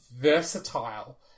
versatile